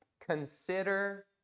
consider